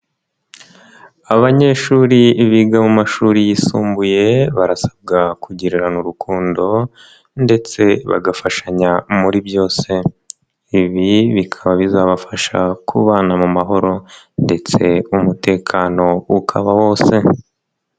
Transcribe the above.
Abanyeshuri biga mu mashuri yisumbuye, barasabwa kugirirana urukundo ndetse bagafashanya muri byose. Ibi bikaba bizabafasha kubana mu mahoro ndetse umutekano ukaba wose.